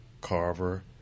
Carver